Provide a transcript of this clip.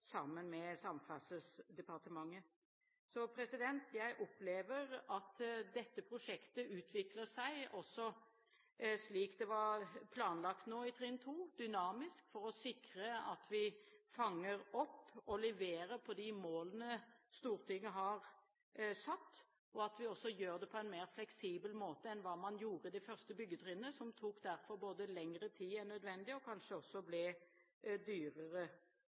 Jeg opplever at dette prosjektet nå utvikler seg, slik det var planlagt i trinn 2, dynamisk for å sikre at vi fanger opp og leverer på de målene Stortinget har satt, og at vi gjør det på en mer fleksibel måte enn hva man gjorde i det første byggetrinnet, som derfor tok lengre tid enn nødvendig og kanskje også ble dyrere.